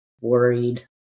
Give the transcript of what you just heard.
worried